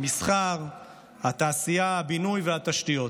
המסחר, התעשייה, הבינוי והתשתיות.